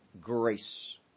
grace